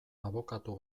abokatu